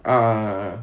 ah